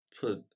put